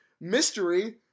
mystery